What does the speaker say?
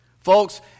Folks